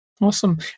Awesome